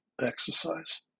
exercise